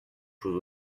choses